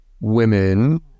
women